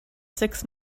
six